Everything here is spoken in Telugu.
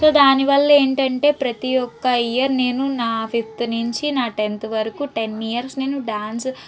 సో దాని వల్ల ఏంటంటే ప్రతి ఒక ఇయర్ నేను నా ఫిఫ్త్ నుంచి నా టెన్త్ వరకు టెన్ ఇయర్స్ నేను డ్యాన్స్